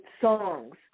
songs